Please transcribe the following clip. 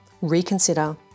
reconsider